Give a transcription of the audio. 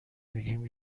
میگم